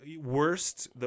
worst